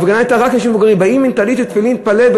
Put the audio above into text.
ההפגנה הייתה רק של אנשים מבוגרים.